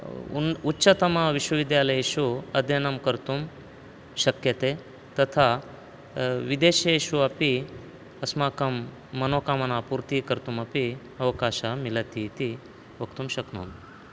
उन्न उच्चतमविश्वविद्यालयेषु अध्ययनं कर्तुं शक्यते तथा विदेशेषु अपि अस्माकं मनोकामनापूर्तिः कर्तुमपि अवकाशः मिलति इति वक्तुं शक्नोमि